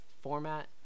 format